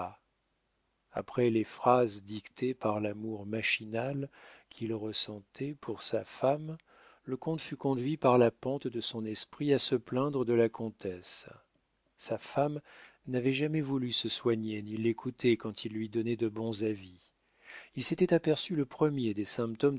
après les phrases dictées par l'amour machinal qu'il ressentait pour sa femme le comte fut conduit par la pente de son esprit à se plaindre de la comtesse sa femme n'avait jamais voulu se soigner ni l'écouter quand il lui donnait de bons avis il s'était aperçu le premier des